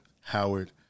Howard